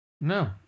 no